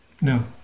No